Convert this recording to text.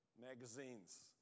magazines